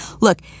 look